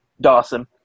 Dawson